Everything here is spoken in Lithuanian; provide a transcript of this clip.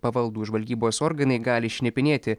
pavaldūs žvalgybos organai gali šnipinėti